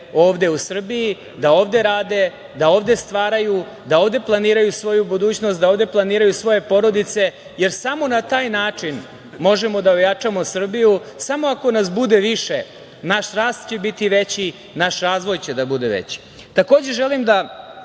ovde u Srbiji, da ovde rade, da ovde stvaraju, da ovde planiraju svoju budućnost, da ovde planiraju svoje porodice, jer samo na taj način možemo da ojačamo Srbiju, samo ako nas bude više, naš rast će biti veći, naš razvoj će biti veći. Ne želim mnogo